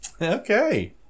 Okay